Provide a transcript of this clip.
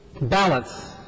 balance